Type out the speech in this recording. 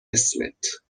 اسمت